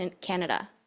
Canada